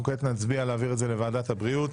אנחנו נצביע להעביר את זה לוועדת הבריאות.